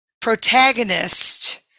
protagonist